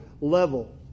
level